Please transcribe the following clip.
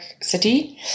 city